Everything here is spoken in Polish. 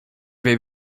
wie